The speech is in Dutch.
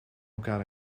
elkaar